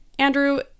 Andrew